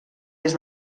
des